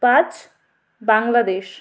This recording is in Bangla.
পাঁচ বাংলাদেশ